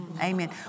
Amen